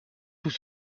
tout